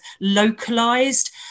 localized